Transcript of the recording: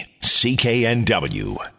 CKNW